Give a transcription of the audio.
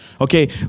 Okay